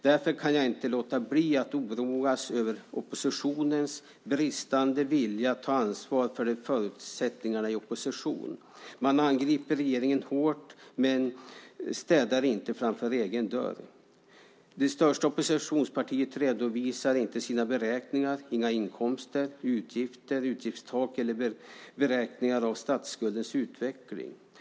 Därför kan jag inte låta bli att oroa mig över oppositionens bristande vilja att ta ansvar för de förutsättningarna just i opposition. Man angriper regeringen hårt men städar inte framför egen dörr. Det största oppositionspartiet redovisar inte sina beräkningar och inga inkomster, utgifter, utgiftstak eller beräkningar när det gäller statsskuldens utveckling.